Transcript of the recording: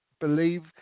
believe